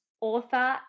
author